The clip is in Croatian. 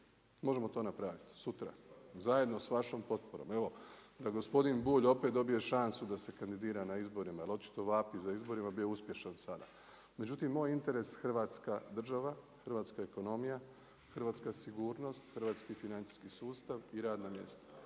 Možemo to napraviti sutra zajedno sa vašom potporom. Evo da gospodin Bulj opet dobije šansu da se kandidira na izborima, jer očito vapi za izborima. Bio je uspješan sada. Međutim, moj interes Hrvatska država, hrvatska ekonomija, hrvatska sigurnost, hrvatski financijski sustav i radna mjesta.